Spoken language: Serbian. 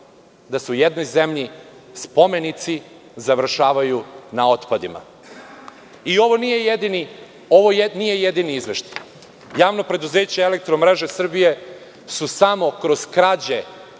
da u jednoj zemlji spomenici završavaju na otpadima. Ovo nije jedini izveštaj. Javno preduzeće „Elektromreže Srbije“ su samo kroz krađe